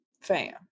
Fam